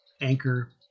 Anchor